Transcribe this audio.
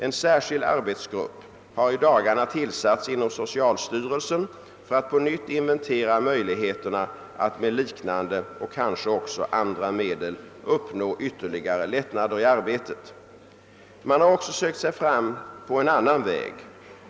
En särskild arbetsgrupp har i dagarna tillsatts inom socialstyrelsen för att på nytt inventera möjligheterna att med liknande och kanske också andra medel uppnå ytterligare lättnader i arbetet. Man har också sökt sig fram på en annan väg.